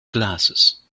glasses